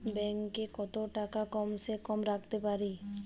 Bank এ কত টাকা কম সে কম রাখতে পারি?